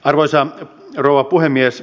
arvoisa rouva puhemies